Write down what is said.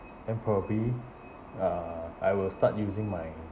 and probably uh I will start using my